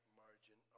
margin